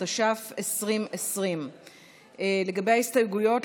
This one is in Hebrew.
התש"ף 2020. לגבי ההסתייגויות,